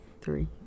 three